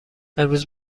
امروز